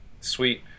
Sweet